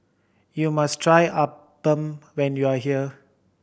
you must try appam when you are here